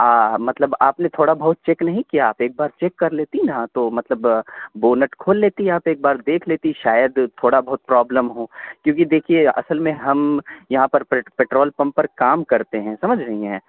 مطلب آپ نے تھوڑا بہت چیک نہیں کیا آپ ایک بار چیک کر لیتی نا تو مطلب بونٹ کھول لیتی آپ ایک بار دیکھ لیتی شاید تھوڑا بہت پرابلم ہو کیونکہ دیکھیے اصل میں ہم یہاں پر پٹرول پمپ پر کام کرتے ہیں سمجھ رہی ہیں